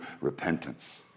repentance